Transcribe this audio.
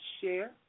share